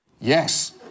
Yes